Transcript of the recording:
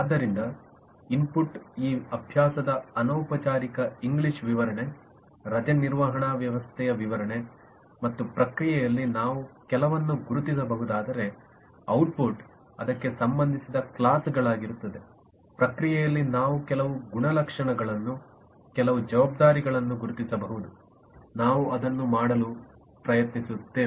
ಆದ್ದರಿಂದ ಇನ್ಪುಟ್ ಈ ಅಭ್ಯಾಸದ ಅನೌಪಚಾರಿಕ ಇಂಗ್ಲಿಷ್ ವಿವರಣೆ ರಜೆ ನಿರ್ವಹಣಾ ವ್ಯವಸ್ಥೆಯ ವಿವರಣೆ ಮತ್ತು ಪ್ರಕ್ರಿಯೆಯಲ್ಲಿ ನಾವು ಕೆಲವನ್ನು ಗುರುತಿಸಬಹುದಾದರೆ ಔಟ್ಪುಟ್ ಅದಕ್ಕೆ ಸಂಬಂಧಿಸಿದ ಕ್ಲಾಸ್ಗಳಾಗಿರುತ್ತದೆ ಪ್ರಕ್ರಿಯೆಯಲ್ಲಿ ನಾವು ಕೆಲವು ಗುಣಲಕ್ಷಣಗಳನ್ನು ಕೆಲವು ಜವಾಬ್ದಾರಿಗಳನ್ನು ಗುರುತಿಸಬಹುದು ನಾವು ಅದನ್ನು ಮಾಡಲು ಪ್ರಯತ್ನಿಸುತ್ತೇವೆ